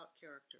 character